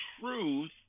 truth